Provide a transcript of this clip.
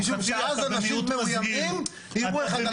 משום שאז אנשים מאויימים ירו אחד על השני.